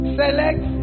select